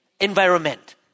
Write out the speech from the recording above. environment